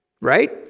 right